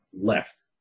Left